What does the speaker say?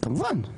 כמובן.